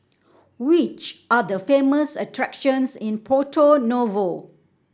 which are the famous attractions in Porto Novo